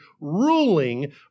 ruling